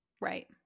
Right